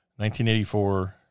1984